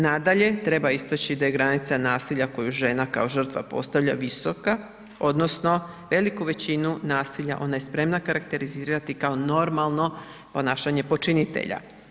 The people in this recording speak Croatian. Nadalje, treba istaći da je granica nasilja koju žena kao žrtva postavlja visoka, odnosno veliku većinu nasilja ona je spremna karakterizirati kao normalno ponašanje počinitelja.